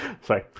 Sorry